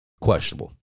questionable